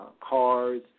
cars